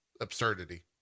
absurdity